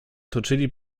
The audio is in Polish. toczyli